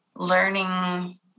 learning